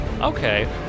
Okay